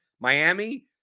Miami